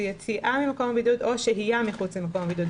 יציאה ממקום הבידוד או שהייה מחוץ למקום הבידוד.